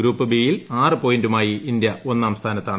group ബിയിൽ ആറ് പോയിന്റുമായി ഇന്ത്യ ഒന്നാം സ്ഥാനത്താണ്